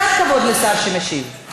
קצת כבוד לשר שמשיב.